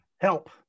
help